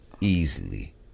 easily